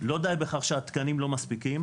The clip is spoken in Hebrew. לא די בכך שהתקנים לא מספיקים,